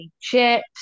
chips